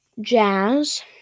Jazz